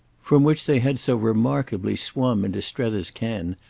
from which they had so remarkably swum into strether's ken,